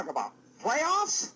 playoffs